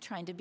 trying to